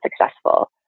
successful